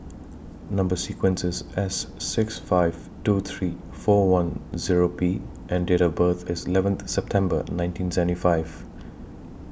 Number sequence IS S six five two three four one Zero B and Date of birth IS eleventh September nineteen seventy five